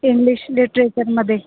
English लिटरेचरमधे